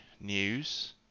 news